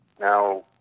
now